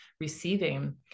receiving